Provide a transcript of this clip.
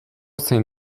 zein